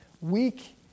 weak